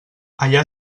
allà